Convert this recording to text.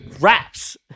raps